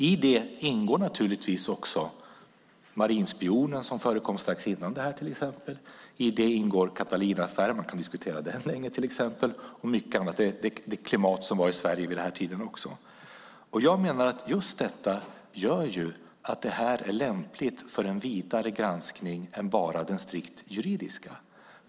I det ingår marinspionen som förekom strax innan detta fall. I det ingår också Catalinaaffären. Man kan till exempel diskutera den länge och mycket annat. Det handlar om det klimat som var vid den här tiden. Jag menar att just detta göra det är lämpligt för en vidare granskning än bara den strikt juridiska.